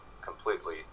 completely